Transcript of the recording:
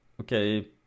okay